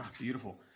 beautiful